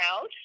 out –